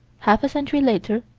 half a century later,